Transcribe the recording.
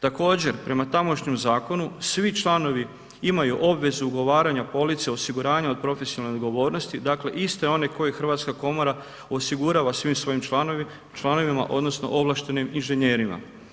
Također, prema tamošnjem zakonu, svi članovi imaju obavezu ugovaranja police osiguranja od profesionalne odgovornosti, dakle iste one koje hrvatska komora osigurava svim svojim članovima odnosno ovlaštenim inženjerima.